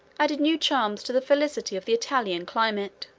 added new charms to the felicity of the italian climate.